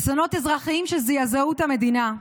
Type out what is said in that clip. אסונות אזרחיים שזעזעו את המדינה,